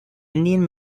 indian